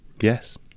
Yes